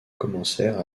commencèrent